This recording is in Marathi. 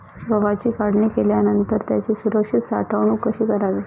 गव्हाची काढणी केल्यानंतर त्याची सुरक्षित साठवणूक कशी करावी?